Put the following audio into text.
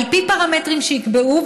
על פי פרמטרים שיקבעו,